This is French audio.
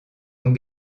ont